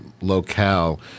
locale